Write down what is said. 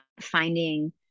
finding